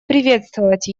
приветствовать